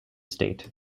state